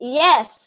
yes